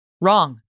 Wrong